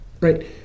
Right